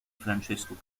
francesco